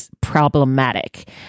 problematic